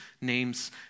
name's